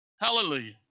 Hallelujah